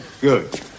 good